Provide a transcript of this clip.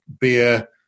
beer